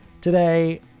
today